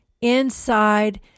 inside